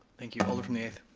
thank you, alder from the eighth.